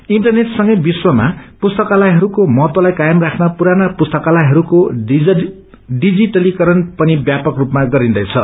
internet संगै विश्वमा पुस्ताकालयहरूको महञ्चाई कायम राख्न पुराना पुस्तकलयहरूको डिजी टसीकरण पनि व्यपक स्पमा गरिन्दैछ